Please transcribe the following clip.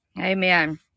Amen